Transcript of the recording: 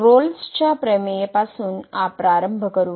रोल्सच्या Rolle's प्रमेय पासून प्रारंभ करू